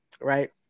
right